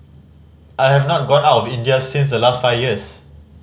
I have not gone out of India since last five years